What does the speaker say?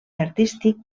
artístic